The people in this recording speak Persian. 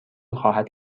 خواهد